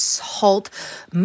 halt